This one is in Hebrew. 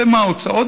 מה ההוצאות,